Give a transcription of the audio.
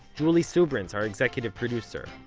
julie subrin's our executive producer.